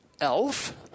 Elf